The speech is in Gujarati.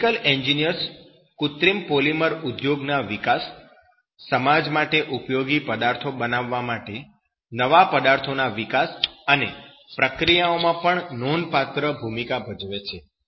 કેમિકલ એન્જિનિયર્સ કૃત્રિમ પોલિમર ઉદ્યોગના વિકાસ સમાજ માટે ઉપયોગી પદાર્થો બનાવવા માટે નવા પદાર્થોના વિકાસ અને પ્રક્રિયાઓમાં પણ નોંધપાત્ર ભૂમિકા ભજવે છે